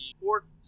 fourth